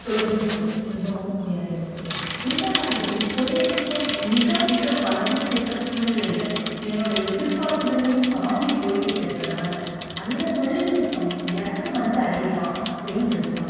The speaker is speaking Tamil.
தொழில்நுட்பம் மிகவும் உயர்ந்துடுச்சி இந்த மாதிரி தொழில்நுட்பம் மிக மிக வளர்ந்துகிட்டுருக்க சூழ்நிலையில் என்னோடய எதிர்பார்ப்புக்களையும் தாண்டி போயிகிட்டுருக்குறனால அந்த தொழில்நுட்பம் எனக்கு வந்து அடையுதா அப்படின்றது தான்